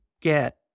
get